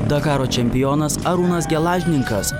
dakaro čempionas arūnas gelažninkas